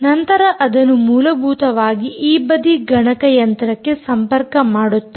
ಮತ್ತು ನಂತರ ಅದನ್ನು ಮೂಲಭೂತವಾಗಿ ಈ ಬದಿಗೆ ಗಣಕಯಂತ್ರಕ್ಕೆ ಸಂಪರ್ಕ ಮಾಡುತ್ತಾರೆ